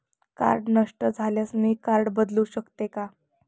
Card नष्ट झाल्यास मी कार्ड बदलू शकते का?